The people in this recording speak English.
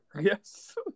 yes